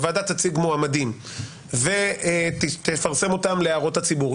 הוועדה תציג מועמדים ותפרסם אותם להערות הציבור.